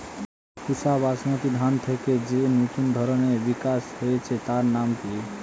পুসা বাসমতি ধানের থেকে যে নতুন ধানের বিকাশ হয়েছে তার নাম কি?